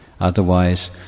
Otherwise